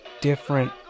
different